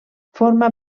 forma